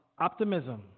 optimism